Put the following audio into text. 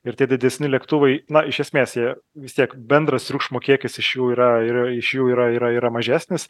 ir tie didesni lėktuvai na iš esmės jie vis tiek bendras triukšmo kiekis iš jų yra yra iš jų yra yra mažesnis